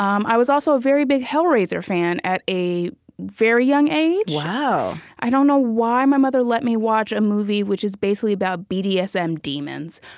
um i was also a very big hellraiser fan at a very young age wow i don't know why my mother let me watch a movie which is basically about bdsm so um demons,